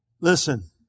Listen